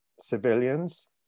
civilians